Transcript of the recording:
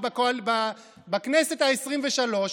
בכנסת העשרים-ושלוש,